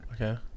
Okay